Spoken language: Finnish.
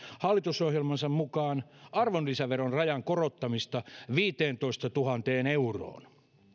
hallitusohjelmansa mukaan arvonlisäveron rajan korottamista viiteentoistatuhanteen euroon